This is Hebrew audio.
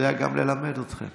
יודע גם ללמד אתכם.